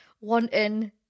wanting